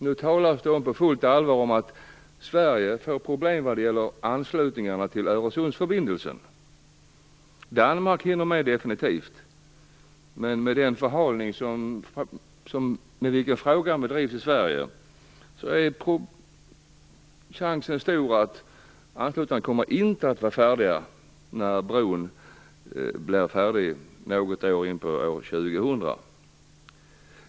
Nu talas det på fullt allvar om att Sverige kommer att få problem när det gäller anslutningarna till Öresundsförbindelsen. Danmark hinner definitivt med, men med den förhalning med vilken frågan drivs i Sverige är risken stor att anslutningarna inte kommer att vara färdiga när bron blir färdig något år in på 2000-talet. Herr talman!